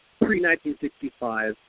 pre-1965